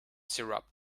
syrup